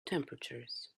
temperatures